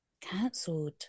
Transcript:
Cancelled